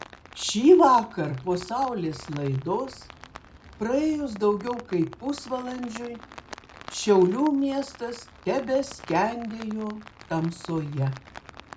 šįvakar po saulės laidos praėjus daugiau kaip pusvalandžiui šiaulių miestas tebeskendėjo tamsoje